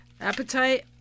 appetite